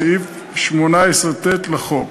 סעיף 18ט לחוק.